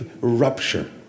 rupture